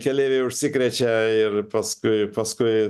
keleiviai užsikrečia ir paskui paskui